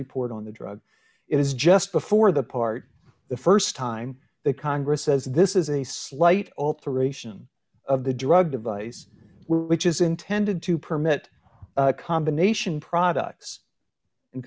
report on the drug is just before the part the st time the congress says this is a slight alteration of the drug device which is intended to permit combination products in